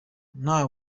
nta